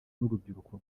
n’urubyiruko